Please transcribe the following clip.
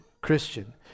Christian